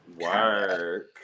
work